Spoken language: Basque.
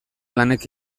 lanek